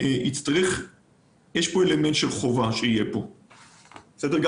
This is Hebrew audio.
צריך שיהיה אלמנט של חובה משמעותית.